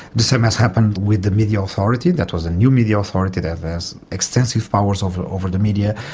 the same has happened with the media authority. that was a new media authority that has extensive powers over over the media,